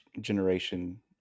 generation